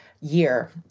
year